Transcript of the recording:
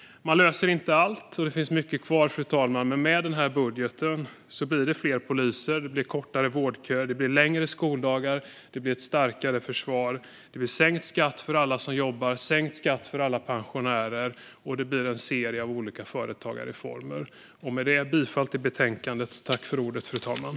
Man löser inte allt. Det finns mycket kvar, fru talman. Men med den här budgeten blir det fler poliser, kortare vårdköer, längre skoldagar, ett starkare försvar, sänkt skatt för alla som jobbar, sänkt skatt för alla pensionärer och en serie av olika företagarreformer. Med detta yrkar jag bifall till utskottets förslag i betänkandet.